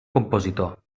compositor